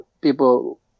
people